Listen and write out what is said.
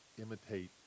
imitate